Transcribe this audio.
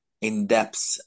in-depth